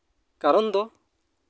ᱠᱟᱨᱚᱱ ᱫᱚ